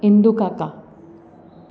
ઇન્દુ કાકા